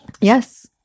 Yes